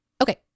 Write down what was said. Okay